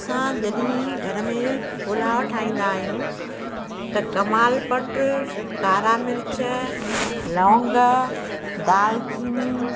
असां जॾहिं घर में पुलाव ठाहींदा आहियूं त कमाल पट कारा मिर्च लोंग दाल चीनी